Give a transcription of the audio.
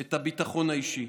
את הביטחון האישי.